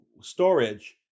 storage